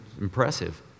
impressive